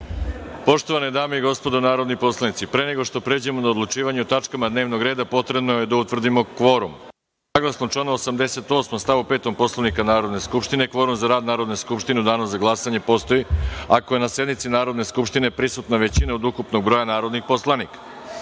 godini. Poštovane dame i gospodo narodni poslanici, pre nego što pređemo na odlučivanje o tačkama dnevnog reda, potrebno je da utvrdimo kvorum. Saglasno članu 88. stav 5. Poslovnika Narodne skupštine, kvorum za rad Narodne skupštine u danu za glasanje postoji ako je na sednici Narodne skupštine prisutna većina od ukupnog broja narodnih poslanika. Molim